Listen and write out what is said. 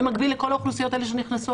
במקביל לכל האוכלוסיות האלה שנכנסו,